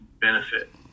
benefit